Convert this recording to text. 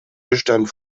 bestand